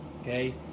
Okay